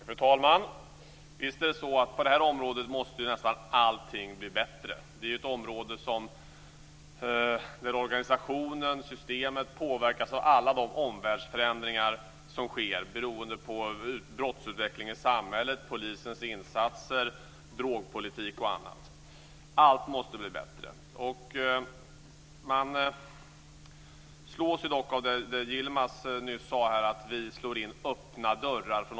Fru talman! Visst är det så att nästan allting måste bli bättre på det här området. Det är ett område där organisationen och systemet påverkas av alla de omvärldsförändringar som sker beroende på brottsutvecklingen i samhället, polisens insatser, drogpolitik och annat. Allt måste bli bättre. Yilmaz sade nyss att vi från oppositionen slår in öppna dörrar.